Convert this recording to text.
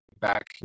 back